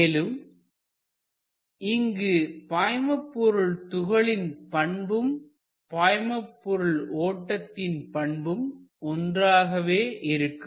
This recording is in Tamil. மேலும் இங்கு பாய்மபொருள் துகளின் பண்பும் பாய்மபொருள் ஓட்டத்தின் பண்பும் ஒன்றாகவே இருக்கும்